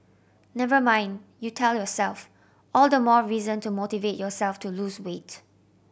never mind you tell yourself all the more reason to motivate yourself to lose weight